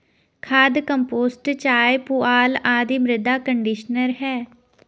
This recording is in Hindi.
खाद, कंपोस्ट चाय, पुआल आदि मृदा कंडीशनर है